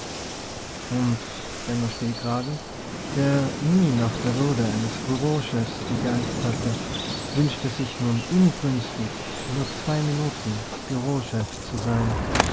und benno stehkragen der nie nach der würde eines bureauchefs gegeizt hatte wünschte sich nun inbrünstig nur zwei minuten bureauchef zu sein